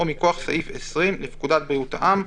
או מכוח סעיף 20 לפקודת בריאות העם".